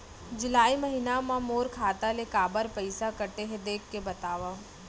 जुलाई महीना मा मोर खाता ले काबर पइसा कटे हे, देख के बतावव?